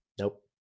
Nope